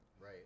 Right